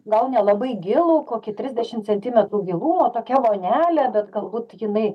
gal nelabai gilų kokį trisdešimt centimetrų gilumo tokia vonelė bet galbūt jinai